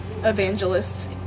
evangelists